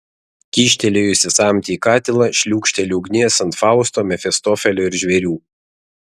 kyštelėjusi samtį į katilą šliūkšteli ugnies ant fausto mefistofelio ir žvėrių